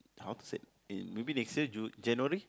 how to say in maybe next year Ju~ January